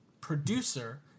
producer